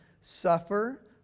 suffer